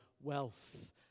wealth